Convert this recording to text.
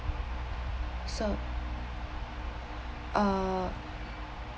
so uh